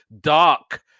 dark